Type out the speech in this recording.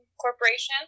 Corporation